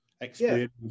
experience